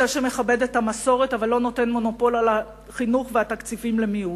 זה שמכבד את המסורת אבל לא נותן מונופול על החינוך והתקציבים למיעוט.